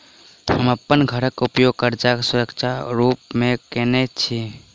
हम अप्पन घरक उपयोग करजाक सुरक्षा रूप मेँ केने छी